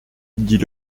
dit